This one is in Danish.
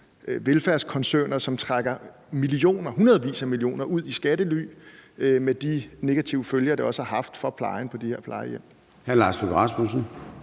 velfærdskoncerner, som trækker hundredvis af millioner ud i skattely med de negative følger, det også har haft for plejen på de her plejehjem.